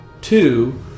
Two